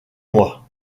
mois